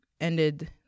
ended